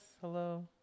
Hello